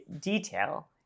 detail